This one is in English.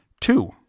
Two